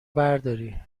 برداری